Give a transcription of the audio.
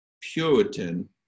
Puritan